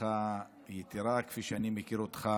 בהצלחה יתרה, כפי שאני מכיר אותך